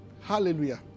Hallelujah